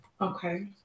Okay